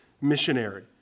missionary